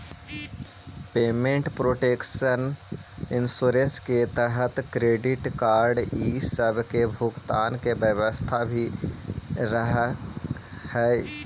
payment protection insurance के तहत credit card इ सब के भुगतान के व्यवस्था भी रहऽ हई